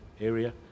area